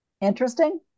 Interesting